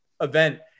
event